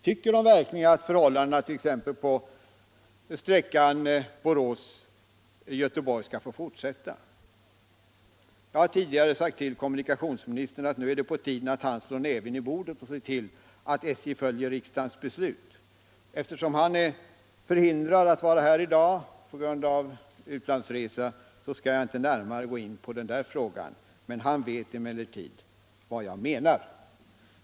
Tycker de verkligen att förhållandena t.ex. på sträckan Borås-Göteborg skall få fortsätta? Jag har tidigare sagt till kommunikationsministern att det nu är på tiden att han slår näven i bordet och ser till att SJ följer riksdagens beslut. Eftersom kommunikationsministern på grund av utlandsresa är förhindrad att vara här i dag, skall jag inte närmare gå in på den frågan. Kommunikationsministern vet emellertid vad jag menar.